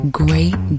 great